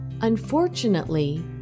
Unfortunately